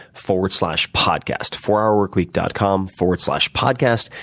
forward slash, podcast fourhourworkweek dot com, forward slash, podcast.